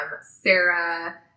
Sarah